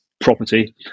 property